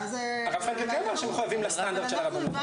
ואז זה --- אבל עכשיו זה כן שאנשים מחויבים לסטנדרט של הרבנות הראשית.